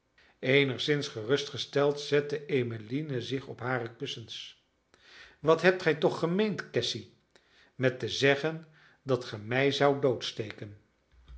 eenigszins gerustgesteld zette emmeline zich op hare kussens wat hebt gij toch gemeend cassy met te zeggen dat ge mij zoudt